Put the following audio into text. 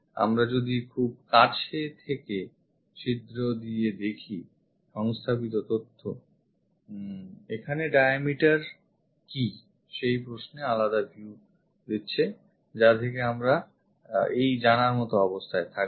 আমরা যদি খুব কাছে থেকে ছিদ্র দিয়ে দেখি সংস্থাপিত তথ্য এখানে diameter কি সেই প্রশ্নে আলাদা view দিচ্ছে যা থেকে আমরা জানার মত অবস্থায় থাকবো